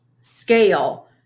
scale